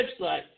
website